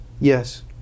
Yes